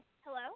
Hello